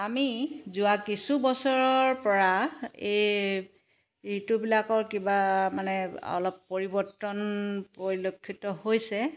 আমি যোৱা কিছু বছৰৰ পৰা এই ঋতুবিলাকৰ কিবা মানে অলপ পৰিৱৰ্তন পৰিলক্ষিত হৈছে